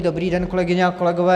Dobrý den, kolegyně a kolegové.